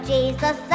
Jesus